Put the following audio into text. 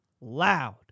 loud